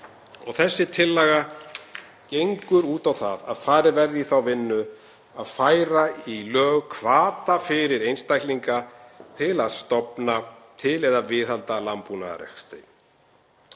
þessi tillaga gengur út á það að farið verði í þá vinnu að færa í lög hvata fyrir einstaklinga til að stofna til eða viðhalda landbúnaðarrekstri.